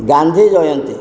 Gandhi Jayanti